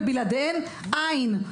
ובלעדיהן אין.